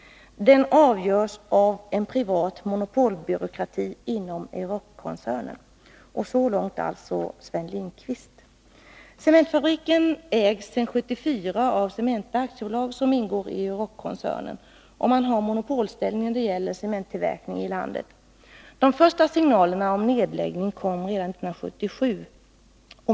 Den avgörs av en privat monopolbyråkrati inom Euroc-koncernen.” Cementfabriken ägs sedan 1974 av Cementa AB som ingår i Eurockoncernen. Man har monopolställning när det gäller cementtillverkning i landet. De första signalerna om nedläggning kom redan 1977.